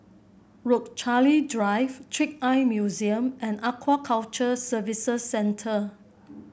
Rochalie Drive Trick Eye Museum and Aquaculture Services Centre